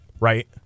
right